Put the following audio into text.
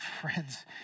friends